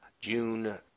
June